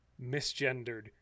misgendered